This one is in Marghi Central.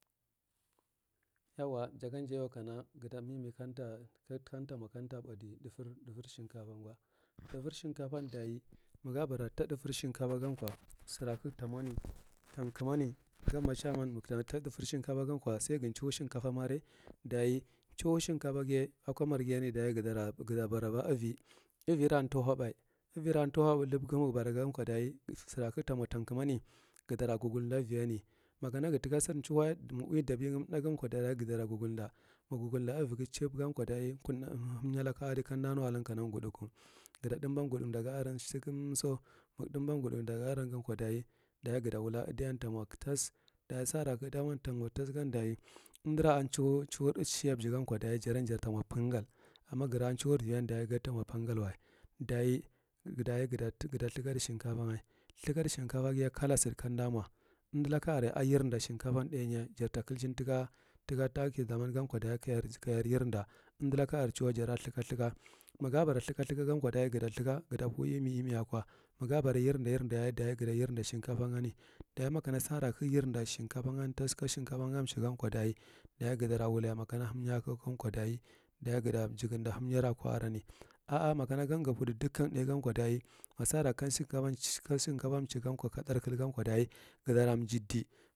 Yawa jagan jayale kana gata nemi kanta mo kanta badi thufa shinkabo golo, thughper shinkabo daye maga bara ta thūgthr shinkabon garo ko sira kaga tamani tamkumani gama chaman maga tala ta thūgthfor shinkavo gau ko sai gu chuhu shinkabormore, dage chuhu shinkabo ghiye ako marghini ga tava baraba ivi ivira tuhoba ivira tuhoba lumi kagu bara gan ko daye sira ka ga tamo taukumani atala gilgilda ivini ma kana ga ta sir chuhu ma uwi dabiaya thāgth gan ko daye gatara guggul da magu gugulda ivi chib gau ko daye kudth himya laka adikaanu dan kana guthāku, ga ta thūgthba gumia ku ga aram digumso magu thūth ba guthaku daga aron ko daye gata wula idiye ta mo thas daye sara ka idiye tami thās gan daye umdura chuhu chuhur siyabji gan ko taye dawan jar ta wo pangal, amma gura chuhu iviyan daye gadi to mo pangalna, daye ga ta thugthkadi shinkabon, thugthkadi shinkabo ghiye kata sudda kanda mo, umdi lakana a yirda shimkabon thāgthna jar takuchim taka taki zaman ganko daye ka jar yirda, umdulaka are chuwa jar thurka, thurka, ma ga bara thūrka gan ko daye gata pug ime ime ako kowa ma ga bara yird yaye dage gata yirda shinkabon bani daye ma sa ka gu yrda shinkabon thag ka shinkabon chiygan ko daye ga ta lawula daye ma hinya ko gan ko daye ga tara jigateda himyara ako ureni, a gam ga purdi dikan thāh gan ko daye masara ka shinkabon chi ka thār kle gan ko daye ga tala jidir.